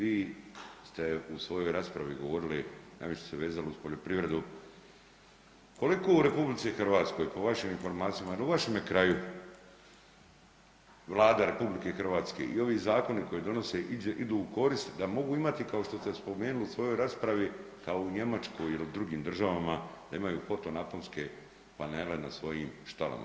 Vi ste u svojoj raspravi govorili, najviše ste vezali uz poljoprivredu, koliko u RH po vašim informacijama u vašeme kraju Vlada RH i ovi zakoni koje donose idu u korist da mogu imati kao što ste spomenuli u svojoj raspravi kao u Njemačkoj ili u drugim državama da imaju fotonaponske panele na svojim štalama?